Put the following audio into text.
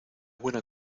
buena